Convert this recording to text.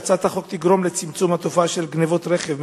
אנחנו מאמינים שהצעת החוק תגרום לצמצום התופעה של גנבות רכב,